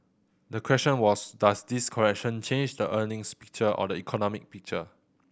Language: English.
the question was does this correction change the earnings picture or the economic picture